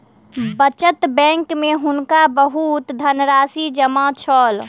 बचत बैंक में हुनका बहुत धनराशि जमा छल